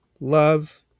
love